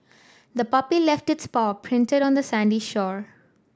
the puppy left its paw printed on the sandy shore